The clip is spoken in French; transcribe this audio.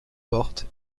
portes